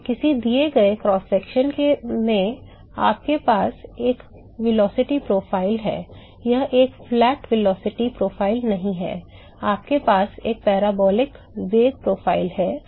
हाँ किसी दिए गए क्रॉस सेक्शन में आपके पास एक वेग प्रोफ़ाइल है यह एक सपाट वेग प्रोफ़ाइल नहीं है आपके पास एक पैराबोलिक वेग प्रोफ़ाइल है